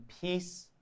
peace